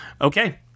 Okay